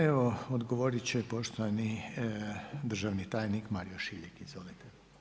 Evo odgovorit će poštovani državni tajnik, Mario Šiljeg, izvolite.